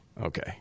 Okay